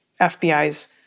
FBI's